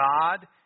God